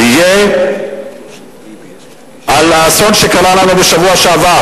יהיה על האסון שקרה לנו בשבוע שעבר.